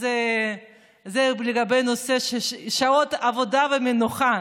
אז זה לגבי נושא שעות עבודה ומנוחה.